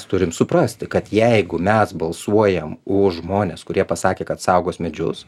turim suprasti kad jeigu mes balsuojame už žmones kurie pasakė kad saugos medžius